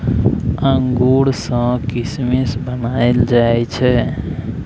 अंगूर सँ किसमिस बनाएल जाइ छै